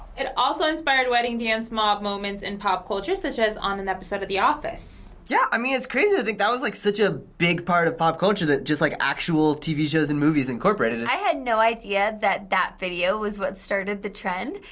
it also inspired wedding dance mob moments in pop culture such as on an episode of the office. yeah. i mean, it's crazy to think that was like such a big part of pop culture that just like actual tv shows and movies incorporated it. i had no idea that that video was what started the trend,